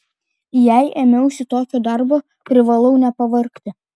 jei ėmiausi tokio darbo privalau nepavargti